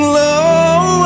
low